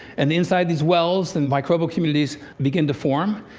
and inside these wells, then microbial communities begin to form.